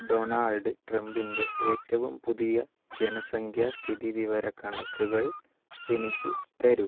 Donald ട്രംപിൻ്റെ ഏറ്റവും പുതിയ ജനസംഖ്യാ സ്ഥിതിവിവരക്കണക്കുകൾ എനിക്ക് തരൂ